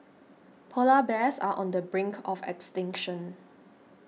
Polar Bears are on the brink of extinction